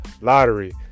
lottery